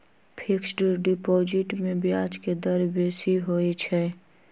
fixed deposit में ब्याज के दर बेशी होइ छइ